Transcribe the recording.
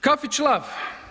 Kafić „Lav?